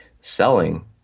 selling